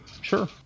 Sure